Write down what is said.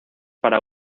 para